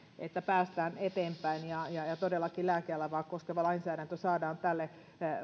että päästään eteenpäin ja ja todellakin lääkealaa koskeva lainsäädäntö saadaan tälle